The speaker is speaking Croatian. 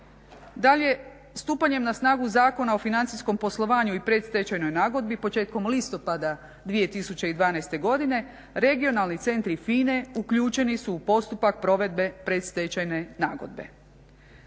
Dalje stupanjem na snagu Zakon o financijskom poslovanju i predstečajnoj nagodbi početkom listopada 2012. godine regionalni centri FINA-e uključeni su u postupak provedbe predstečajne nagodbe.